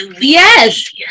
Yes